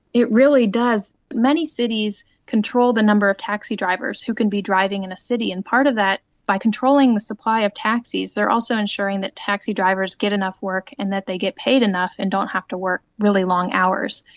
it really does. many cities control the number of taxi drivers who can be driving in a city, and part of that, by controlling the supply of taxis there also ensuring that taxi drivers get enough work and that they get paid enough and don't have to work really long hours.